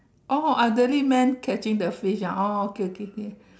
oh elderly man catching the fish ah oh okay okay okay